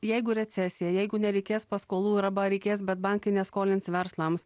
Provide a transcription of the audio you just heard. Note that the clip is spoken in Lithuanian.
jeigu recesija jeigu nereikės paskolų arba reikės bet bankai neskolins verslams